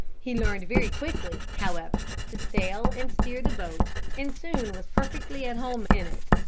he learned very quickly, however, to sail and steer the boat and soon was perfectly at home in it.